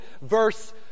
verse